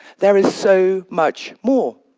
there is so much more.